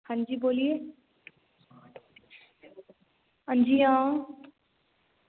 हां जी बोलिए हां जी हां